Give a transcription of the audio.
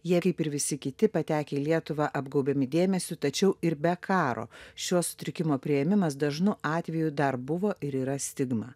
jie kaip ir visi kiti patekę į lietuvą apgaubiami dėmesiu tačiau ir be karo šio sutrikimo priėmimas dažnu atveju dar buvo ir yra stigma